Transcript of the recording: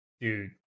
Dude